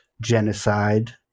genocide